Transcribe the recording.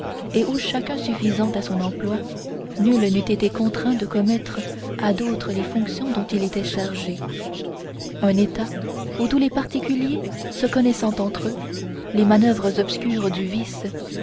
et où chacun suffisant à son emploi nul n'eût été contraint de commettre à d'autres les fonctions dont il était chargé un état où tous les particuliers se connaissant entre eux les manœuvres obscures du vice